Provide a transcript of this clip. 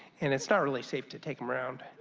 and it's not really safe to take them around.